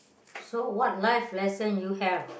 so what life lesson you have